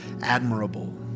admirable